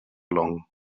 along